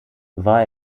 war